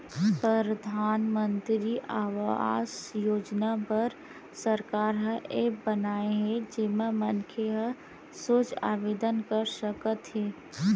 परधानमंतरी आवास योजना बर सरकार ह ऐप बनाए हे जेमा मनखे ह सोझ आवेदन कर सकत हे